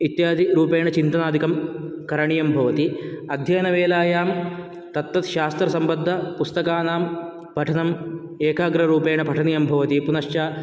इत्यादि रूपेण चिन्तनादिकं करणीयं भवति अध्ययनवेलायां तत्तत् शास्त्रसम्बन्धपुस्तकानां पठनम् एकाग्ररूपेण पठनीयं भवति पुनश्च